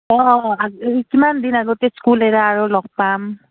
অঁ অঁ কিমান দিন আগতে স্কুল এৰা আৰু লগ পাম